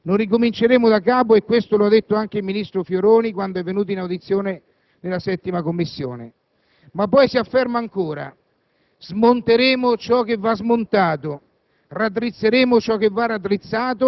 «Noi non faremo la riforma di sistema». Bene, ne siamo compiaciuti; non ricominceremo da capo, e questo lo ha affermato anche il ministro Fioroni quando è venuto in audizione nella 7ª Commissione. Ma poi si afferma ancora: